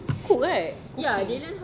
cook right